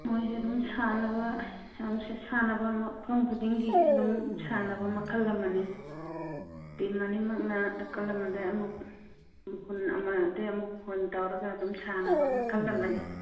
ꯃꯈꯣꯏꯁꯦ ꯑꯗꯨꯝ ꯁꯥꯟꯅꯕ ꯁꯥꯟꯅꯕ ꯃꯐꯝ ꯈꯨꯗꯤꯡꯒꯤ ꯑꯗꯨꯝ ꯁꯥꯟꯅꯕ ꯃꯈꯜ ꯑꯃꯅꯤ ꯇꯤꯝ ꯑꯅꯤꯃꯛꯅ ꯅꯥꯀꯜ ꯑꯃꯗꯒꯤ ꯑꯃꯨꯛ ꯍꯨꯟ ꯑꯃꯗꯒꯤ ꯑꯃꯨꯛ ꯍꯨꯟ ꯇꯧꯔꯒ ꯑꯗꯨꯝ ꯁꯥꯟꯅꯕ ꯃꯈꯜ ꯑꯃꯅꯤ